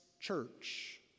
church